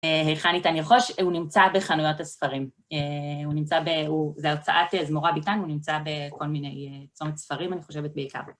היכן ניתן לרכוש? הוא נמצא בחנויות הספרים. הוא נמצא ב... זה ההוצאת זמורה ביטן, הוא נמצא בכל מיני צומת ספרים, אני חושבת, בעיקר.